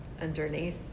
underneath